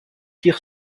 tire